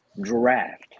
draft